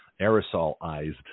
aerosolized